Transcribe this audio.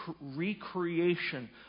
recreation